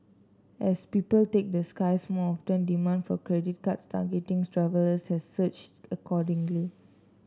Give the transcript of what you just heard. as people take the skies more often demand for credit cards targeting travellers has surged accordingly